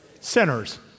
Sinners